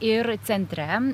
ir centre